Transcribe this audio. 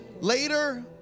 later